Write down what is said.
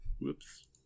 Whoops